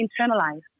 internalized